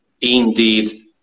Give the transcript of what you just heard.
Indeed